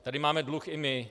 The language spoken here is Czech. Tady máme dluh i my.